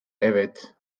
evet